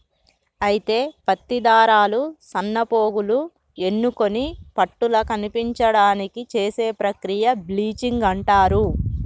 అయితే పత్తి దారాలు సన్నపోగులు ఎన్నుకొని పట్టుల కనిపించడానికి చేసే ప్రక్రియ బ్లీచింగ్ అంటారు